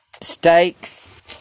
steaks